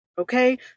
Okay